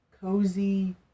cozy